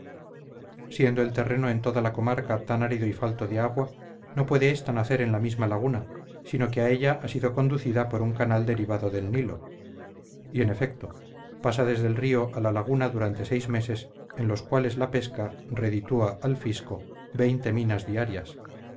siendo el terreno en toda la comarca tan árido y falto de agua no puede ésta nacer en la misma laguna sino que a ella ha sido conducida por un canal derivado del nilo y en efecto pasa desde el río a la laguna durante seis meses en los cuales la pesca reditúa al fisco minas diarias